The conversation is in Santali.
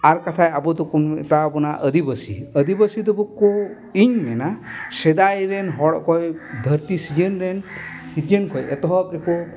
ᱟᱨ ᱵᱟᱠᱷᱟᱡ ᱟᱵᱚ ᱫᱚᱠᱚ ᱢᱮᱛᱟ ᱵᱚᱱᱟ ᱟᱫᱤᱵᱟᱥᱤ ᱟᱫᱤᱵᱟᱥᱤ ᱫᱚ ᱵᱟᱠᱚ ᱤᱧ ᱢᱮᱱᱟ ᱥᱮᱫᱟᱭ ᱨᱮᱱ ᱦᱚᱲ ᱚᱠᱚᱭ ᱫᱷᱟᱹᱨᱛᱤ ᱥᱤᱨᱡᱚᱱ ᱨᱮᱱ ᱥᱤᱨᱡᱚᱱ ᱠᱷᱚᱡ ᱮᱛᱚᱦᱚᱵ ᱨᱮᱠᱚ